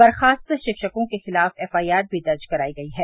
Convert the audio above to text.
बर्खास्त शिक्षकों के खिलाफ एफआईआर भी दर्ज करायी गई है